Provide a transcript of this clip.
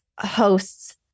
hosts